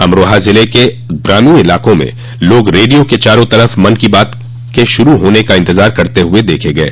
अमरोहा ज़िले के ग्रामीण इलाक़ों में लोग रेडियो के चारो तरफ मन की बात के शुरू होने का इंतजार करते हुये देखे गये